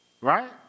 Right